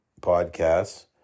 podcasts